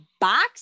box